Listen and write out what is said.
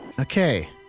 Okay